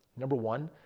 number one,